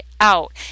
out